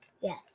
Yes